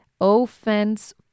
Offense